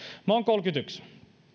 olen kolmekymmentäyksi